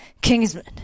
Kingsman